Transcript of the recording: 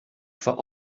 for